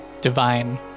divine